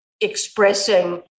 expressing